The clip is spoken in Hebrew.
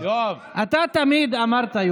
אתה תמיד אמרת,